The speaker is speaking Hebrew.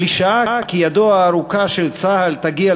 הקלישאה כי ידו הארוכה של צה"ל תגיע